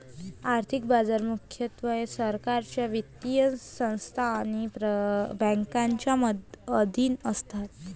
आर्थिक बाजार मुख्यतः सरकारच्या वित्तीय संस्था आणि बँकांच्या अधीन असतात